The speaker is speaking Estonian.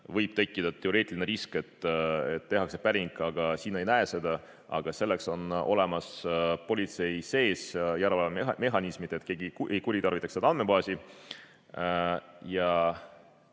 võib tekkida teoreetiline risk, et tehakse päring, aga sina ei näe seda. Aga selleks on olemas politseil järelevalvemehhanismid, et keegi ei kuritarvitaks seda andmebaasi.